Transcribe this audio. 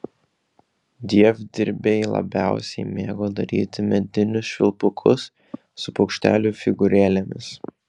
dievdirbiai labiausiai mėgo daryti medinius švilpukus su paukštelių figūrėlėmis